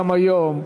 גם היום,